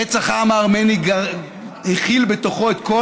רצח העם הארמני הכיל בתוכו את כל